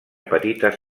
petites